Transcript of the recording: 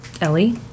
Ellie